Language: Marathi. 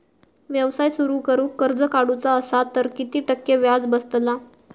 व्यवसाय सुरु करूक कर्ज काढूचा असा तर किती टक्के व्याज बसतला?